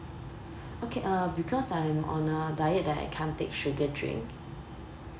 okay uh because I'm on a diet that I can't take sugar drink